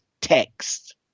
text